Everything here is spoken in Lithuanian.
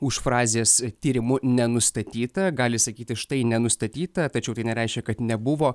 už frazės tyrimu nenustatyta gali sakyti štai nenustatyta tačiau tai nereiškia kad nebuvo